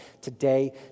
today